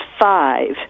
five